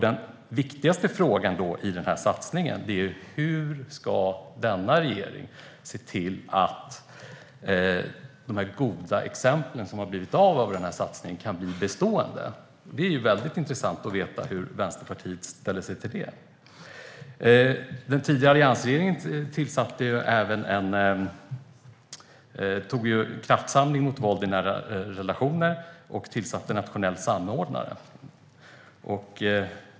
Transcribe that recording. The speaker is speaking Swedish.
Den viktigaste frågan i satsningen är hur denna regering ska se till att de goda exemplen kan bli bestående. Det är mycket intressant att veta hur Vänsterpartiet ställer sig till det. Den tidigare alliansregeringen gjorde en kraftsamling mot våld i nära relationer och tillsatte en nationell samordnare.